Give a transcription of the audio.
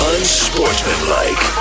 Unsportsmanlike